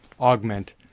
augment